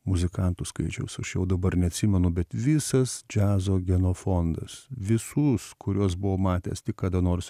muzikantų skaičiaus aš jau dabar neatsimenu bet visas džiazo genofondas visus kuriuos buvau matęs tik kada nors